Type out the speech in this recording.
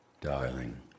darling